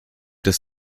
das